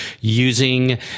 using